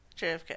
JFK